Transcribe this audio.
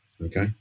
okay